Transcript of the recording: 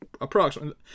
Approximately